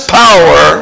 power